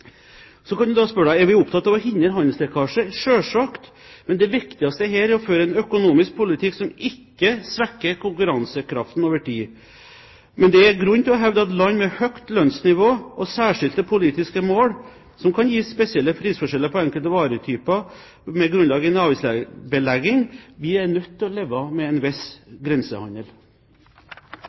å hindre handelslekkasje? Selvsagt. Men det viktigste her er å føre en økonomisk politikk som ikke svekker konkurransekraften over tid. Det er grunn til å hevde at land med høyt lønnsnivå og særskilte politiske mål kan ha spesielle prisforskjeller på enkelte varetyper med grunnlag i en avgiftsbelegging. Vi er nødt til å leve med en viss grensehandel.